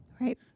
right